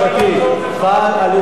ייעוץ משפטי, חל על יהודה ושומרון?